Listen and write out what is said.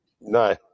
No